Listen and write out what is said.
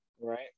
Right